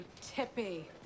Tippy